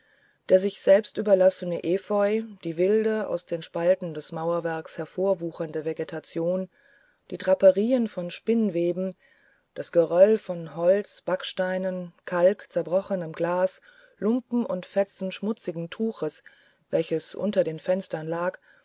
der sich selbst überlassene efeu die wilde aus den spalten des mauerwerks hervorwuchernde vegetation die draperienvonspinnengeweben dasgeröllvonholz backsteinen kalk zerbrochenem glas lumpen und fetzen schmutzigen tuches welches unter den fenstern lag